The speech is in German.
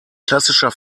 klassischer